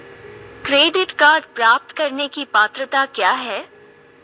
Credit card प्राप्त करने की पात्रता क्या है?